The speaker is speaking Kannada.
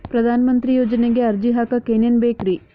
ಪ್ರಧಾನಮಂತ್ರಿ ಯೋಜನೆಗೆ ಅರ್ಜಿ ಹಾಕಕ್ ಏನೇನ್ ಬೇಕ್ರಿ?